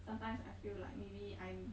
sometimes I feel like maybe I'm